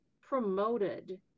promoted